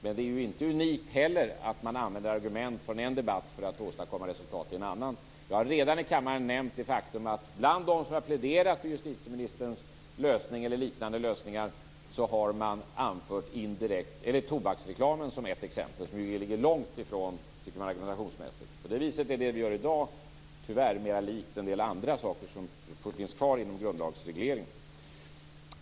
Men det är heller inte unikt att man använder argument från en debatt för att åstadkomma resultat i en annan. Jag har redan i kammaren nämnt det faktum att bland de som har pläderat för justitieministerns lösning eller liknande lösningar har man anfört tobaksreklamen som ett exempel, som ju ligger långt ifrån argumentationsmässigt. På det viset är det vi gör i dag tyvärr mer likt en del andra saker som finns kvar inom grundlagsregleringen.